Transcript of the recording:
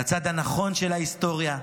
לצד הנכון של ההיסטוריה,